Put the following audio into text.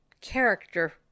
character